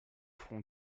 front